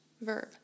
verb